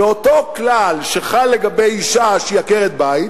ואותו כלל שחל על אשה שהיא עקרת-בית